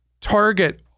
target